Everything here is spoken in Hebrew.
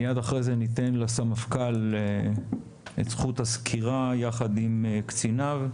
מייד אחרי זה ניתן לסמפכ"ל את זכות הסקירה יחד עם קציניו,